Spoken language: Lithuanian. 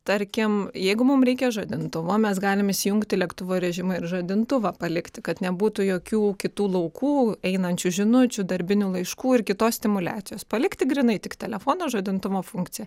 tarkim jeigu mum reikia žadintuvo mes galim įsijungti lėktuvo rėžimą ir žadintuvą palikti kad nebūtų jokių kitų laukų einančių žinučių darbinių laiškų ir kitos stimuliacijos palikti grynai tik telefono žadintuvo funkciją